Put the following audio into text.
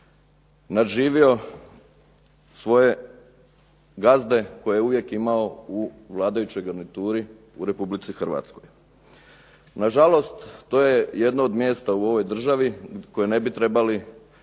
nadživio svoje gazde koje je uvijek imao u vladajućoj garnituri u Republici Hrvatskoj. Na žalost to je jedno od mjesta u ovoj državi koje ne bi trebali